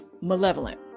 malevolent